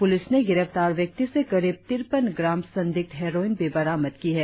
police ने गिरफ्तार व्यक्ति से करीब तिरपन ग्राम संदिग्ध हेरोइन भी बरामद की है